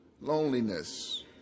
loneliness